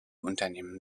unternehmen